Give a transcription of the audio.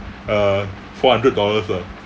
uh four hundred dollars lah